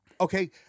okay